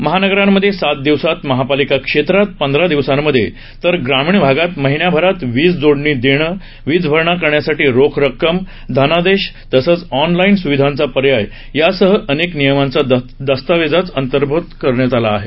महानगरांमधे सात दिवसात महापालिका क्षेत्रात पंधरा दिवसांमधे तर ग्रामीण भागात महिन्याभरात वीज जोडणी देणं वीजभरणा करण्यासाठी रोख रक्कम धनादेश तसंच ऑनलाईन सुविधांचा पर्याय यासह अनेक नियमांचा दस्तावेजात अंतर्भाव केला आहे